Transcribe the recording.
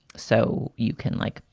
so you can, like,